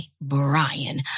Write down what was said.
Brian